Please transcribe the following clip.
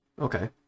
okay